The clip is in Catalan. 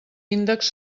índexs